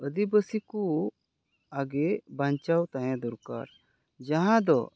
ᱟᱹᱫᱤᱵᱟᱥᱤ ᱠᱚ ᱟᱜᱮ ᱵᱟᱧᱪᱟᱣ ᱛᱟᱦᱮᱸ ᱫᱚᱨᱠᱟᱨ ᱡᱟᱦᱟᱸ ᱫᱚ